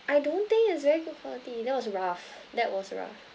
I don't think it's very good for the that was rough that was rough